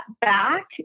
back